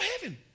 heaven